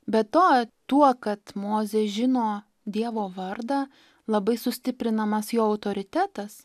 be to tuo kad mozė žino dievo vardą labai sustiprinamas jo autoritetas